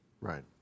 Right